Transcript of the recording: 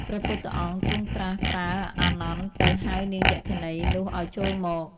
ព្រះពុទ្ធអង្គ ទ្រង់ត្រាស់ប្រើអានន្ទទៅ ហៅនាងយក្ខិនីនោះឲ្យចូលមក។